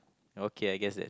okay I guess that